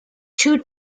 two